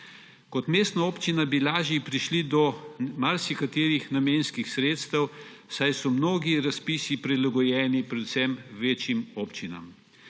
Kot mestna občina bi lažje prišli do marsikaterih namenskih sredstev, saj so mnogi razpisi prilagojeni predvsem večjim občinam.